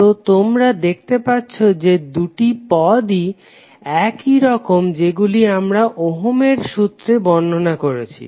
তো তোমরা দেখতে পাচ্ছো যে দুটি পদই একিরকম যেগুলি আমরা ওহমের সূত্রে Ohms Law বর্ণনা করেছি